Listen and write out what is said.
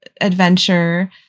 adventure